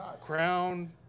Crown